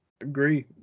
Agree